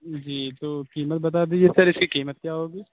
جی تو قیمت بتا دیجیے سر اِس کی قیمت کیا ہوگی